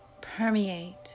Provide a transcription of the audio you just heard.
permeate